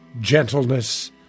gentleness